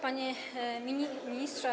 Panie Ministrze!